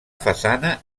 façana